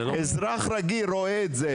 אזרח רגיל רואה את זה,